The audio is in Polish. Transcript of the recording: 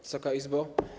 Wysoka Izbo!